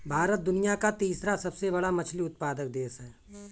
भारत दुनिया का तीसरा सबसे बड़ा मछली उत्पादक देश है